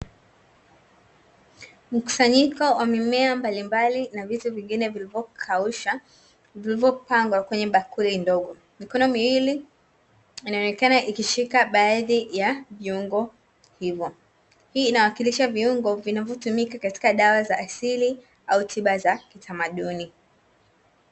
Mkusanyiko wa mimea mbalimbali na vitu vingine vilivyokaushwa, vilivyopangwa kwenye bakuli ndogo. Mikono miwili inaonekana ikishika baadhi ya viungo hivyo, hii inawakilisha viungo vinavyotumika katika dawa za asili au tiba za kitamaduni.